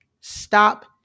Stop